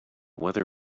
weather